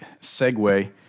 segue